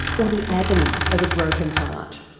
or the agony of a broken heart.